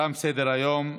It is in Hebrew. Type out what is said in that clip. תם סדר-היום.